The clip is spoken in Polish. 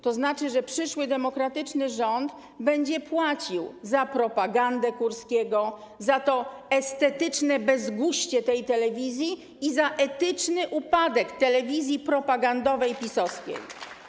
To znaczy, że przyszły demokratyczny rząd będzie płacił za propagandę Kurskiego, za estetyczne bezguście tej telewizji i za etyczny upadek telewizji propagandowej, PiS-owskiej.